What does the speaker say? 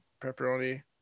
pepperoni